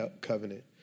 covenant